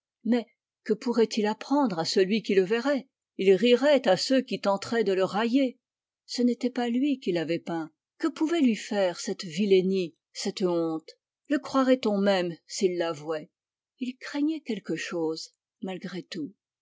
mais que pourrait-il apprendre à celui qui le verrait il rirait à ceux qui tenteraient de le railler ce n'était pas lui qui l'avait peint que pouvait lui faire cette vilenie cette honte le croirait-on même s'il l'avouait il craignait quelque chose malgré tout